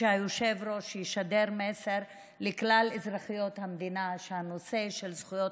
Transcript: והיושב-ראש ישדר מסר לכלל אזרחיות המדינה שהנושא של זכויות